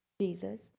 Jesus